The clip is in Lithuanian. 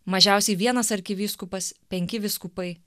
mažiausiai vienas arkivyskupas penki vyskupai